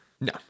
No